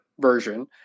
version